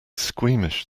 squeamish